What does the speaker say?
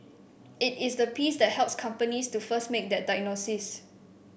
it is the piece that helps companies to first make that diagnosis